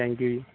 thank you ਜੀ